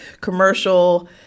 commercial